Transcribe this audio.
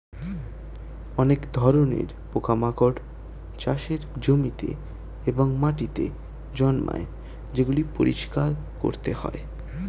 অনেক ধরণের পোকামাকড় চাষের জমিতে এবং মাটিতে জন্মায় যেগুলি পরিষ্কার করতে হয়